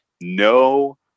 no